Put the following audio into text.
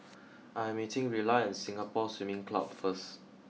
I am meeting Rilla at Singapore Swimming Club first